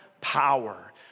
power